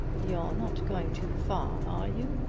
you're not going too far, are you?